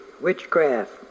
witchcraft